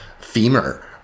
femur